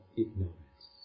ignorance